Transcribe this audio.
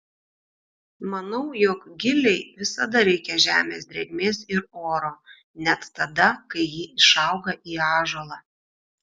manau jog gilei visada reikia žemės drėgmės ir oro net tada kai ji išauga į ąžuolą